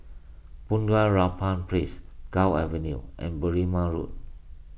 Bunga Rampai Place Gul Avenue and Berrima Road